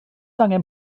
angen